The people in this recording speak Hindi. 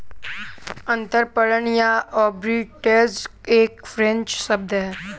अंतरपणन या आर्बिट्राज एक फ्रेंच शब्द है